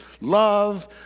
love